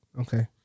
Okay